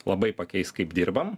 labai pakeis kaip dirbam